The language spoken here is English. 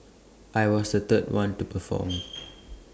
I was the third one to perform